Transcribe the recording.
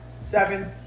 Seven